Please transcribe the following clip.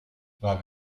war